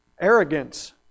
Arrogance